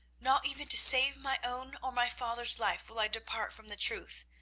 not even to save my own or my father's life will i depart from the truth.